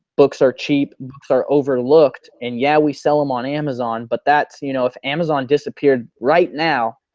books are cheap or overlooked and yeah we sell them on amazon but that's. you know if amazon disappeared right now,